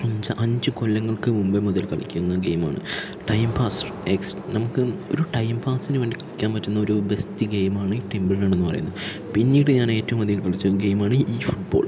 അഞ്ച് അഞ്ച് കൊല്ലങ്ങൾക്ക് മുമ്പേ മുതൽ കളിക്കുന്ന ഗെയിമാണ് ടൈം പാസ്സ് എക്സ് നമുക്ക് ഒരു ടൈം പാസ്സിന് വേണ്ടി കളിക്കാൻ പറ്റുന്നൊരു ബെസ്റ്റ് ഗെയിമാണ് ടെംപിൾ റൺ എന്നു പറയുന്നത് പിന്നീട് ഞാൻ ഏറ്റവും അധികം കളിച്ച ഗെയിമാണ് ഇ ഫുട്ബോൾ